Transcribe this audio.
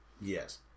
Yes